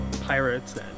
pirates